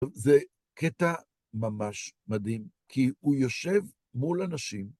זה קטע ממש מדהים, כי הוא יושב מול אנשים.